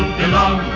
belong